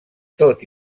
tot